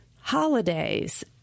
holidays